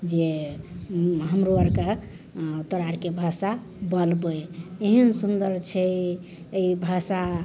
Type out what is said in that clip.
जे हमरो आरके तोरा आरके भाषा बोलबै एहन सुंदर छै एहि भाषा